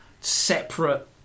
separate